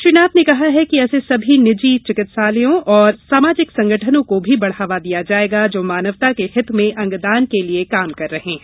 श्री नाथ ने कहा कि ऐसे सभी निजी चिकित्सालयों एवं सामाजिक संगठनों को भी बढ़ावा दिया जायेगा जो मानवता के हित में अंगदान के लिये कार्य कर रहे हैं